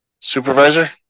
supervisor